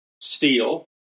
steel